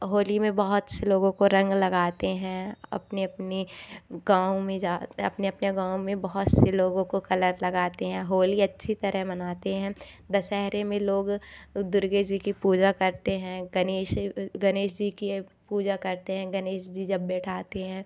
होली में बहुत से लोगों को रंग लगाते हैं अपनी अपनी गाँव में जा अपने अपने गाँव में बहुत से लोगों को कलर लगाते हैं होली अच्छी तरह मनाते हैं दशहरे में लोग दुर्गा जी की पूजा करते हैं गणेश गणेश जी की पूजा करते हैं गणेश जी जब बैठाते हैं